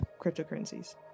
Cryptocurrencies